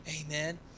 Amen